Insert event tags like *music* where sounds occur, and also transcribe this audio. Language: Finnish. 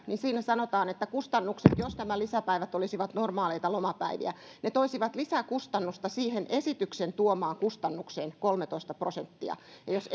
niin siinä sanotaan kustannuksista että jos nämä lisäpäivät olisivat normaaleita lomapäiviä ne toisivat lisäkustannusta siihen esityksen tuomaan kustannukseen kolmetoista prosenttia ja jos *unintelligible*